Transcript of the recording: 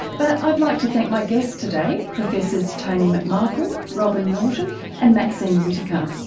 but i'd like to thank my guests today, professors tony mcmichael, robyn norton and maxine whittaker.